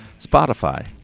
Spotify